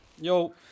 Yo